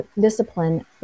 discipline